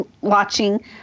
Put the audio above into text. watching